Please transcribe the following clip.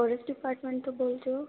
forest department ਤੋਂ ਬੋਲ ਰਹੇ ਹੋ